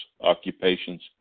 occupations